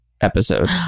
episode